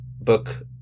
book